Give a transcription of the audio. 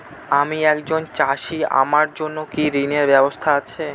আমি একজন চাষী আমার জন্য কি ঋণের ব্যবস্থা আছে?